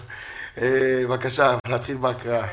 אפשר להתחיל בהקראה.